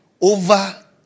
over